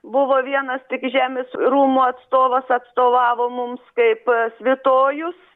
buvo vienas tik žemės rūmų atstovas atstovavo mums kaip svitojus